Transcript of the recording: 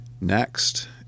Next